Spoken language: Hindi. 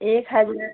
एक हजार